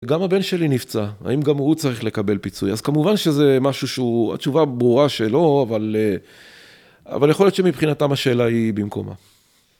גם הבן שלי נפצע, האם גם הוא צריך לקבל פיצוי? אז כמובן שזה משהו שהוא... התשובה ברורה שלא, אבל... אבל יכול להיות שמבחינתם השאלה היא במקומה.